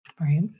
Right